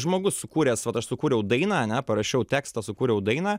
žmogus sukūręs vat aš sukūriau dainą ane parašiau tekstą sukūriau dainą